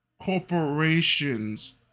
corporations